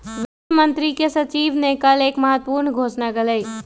वित्त मंत्री के सचिव ने कल एक महत्वपूर्ण घोषणा कइलय